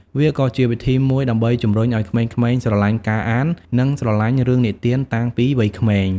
វាក៏ជាវិធីមួយដើម្បីជំរុញឲ្យក្មេងៗស្រលាញ់ការអាន និងស្រឡាញ់រឿងនិទានតាំងពីវ័យក្មេង។